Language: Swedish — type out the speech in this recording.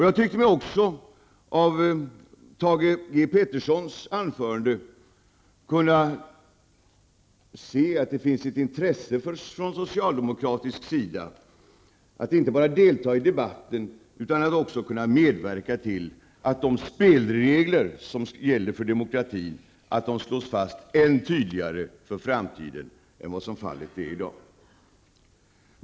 Jag tycker mig också av Thage G Petersons anförande erfara att det finns ett intresse från socialdemokratisk sida att inte bara delta i debatten utan också kunna medverka till att de spelregler som gäller för demokratin slås fast än tydligare för framtiden än vad som fallet är i dag.